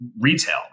retail